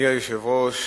אדוני היושב-ראש,